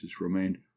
remained